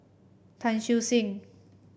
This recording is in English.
Tan Siew Sin